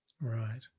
Right